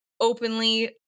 openly